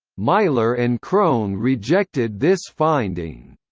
myler and crone rejected this finding.